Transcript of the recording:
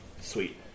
Sweet